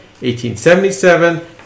1877